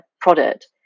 product